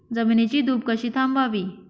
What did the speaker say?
जमिनीची धूप कशी थांबवावी?